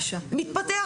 מתפתח